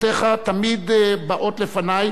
שהצעותיך תמיד באות לפני,